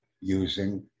using